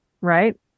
right